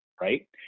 right